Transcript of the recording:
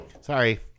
Sorry